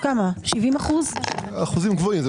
אחוזים גבוהים.